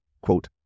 quote